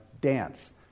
dance